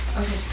Okay